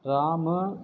Ramu